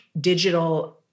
digital